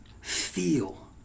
feel